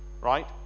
right